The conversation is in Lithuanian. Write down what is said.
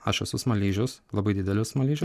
aš esu smaližius labai didelis smaližiu